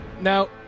Now